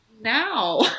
now